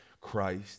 Christ